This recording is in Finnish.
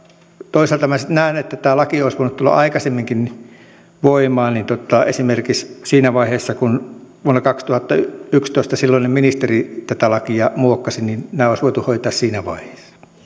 toisaalta minä sitten näen että tämä laki olisi voinut tulla aikaisemminkin voimaan esimerkiksi kun vuonna kaksituhattayksitoista silloinen ministeri tätä lakia muokkasi nämä olisi voitu hoitaa siinä vaiheessa